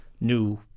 new